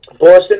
Boston